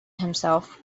himself